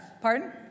pardon